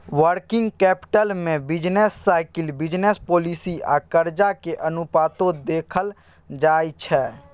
working capital में business cycle, business policy आ कर्जा के अनुपातो देखल जाइ छइ